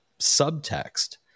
subtext